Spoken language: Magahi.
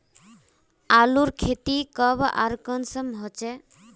आलूर खेती कब आर कुंसम होचे?